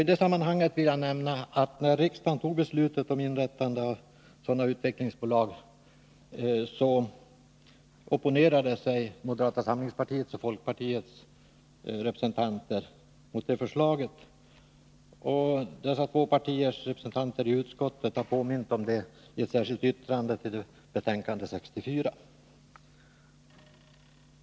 I det sammanhanget vill jag nämna att när riksdagen tog beslutet om inrättande av sådana utvecklingsbolag, så opponerade sig moderata samlingspartiets och folkpartiets representanter mot förslaget, och dessa två partiers representanter i utskottet har påmint om detta i ett särskilt yttrande till betänkande 64.